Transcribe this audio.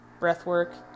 breathwork